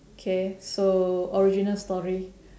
K so original story